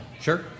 Sure